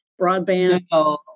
broadband